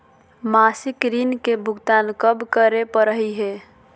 मासिक ऋण के भुगतान कब करै परही हे?